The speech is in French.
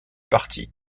parti